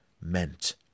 meant